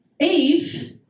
Eve